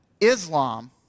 Islam